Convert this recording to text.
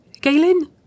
Galen